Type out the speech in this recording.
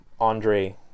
Andre